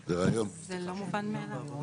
זה לא מובן מאליו.